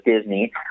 Disney